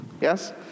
yes